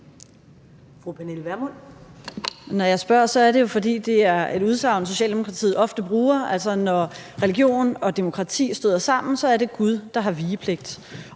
Når jeg spørger, er det jo, fordi det er et udsagn, som Socialdemokratiet ofte bruger, altså at det, når religion og demokrati støder sammen, er Gud, der har vigepligt,